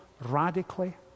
radically